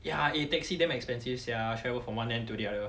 ya eh taxi damn expensive sia travel from one end to the other